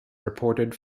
reported